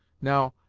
now,